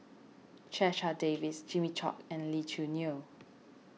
Checha Davies Jimmy Chok and Lee Choo Neo